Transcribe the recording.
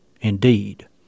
indeed